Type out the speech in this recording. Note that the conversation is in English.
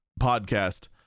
podcast